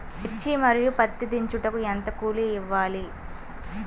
మిర్చి మరియు పత్తి దించుటకు ఎంత కూలి ఇవ్వాలి?